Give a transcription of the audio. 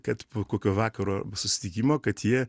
kad po kokio vakaro susitikimo kad jie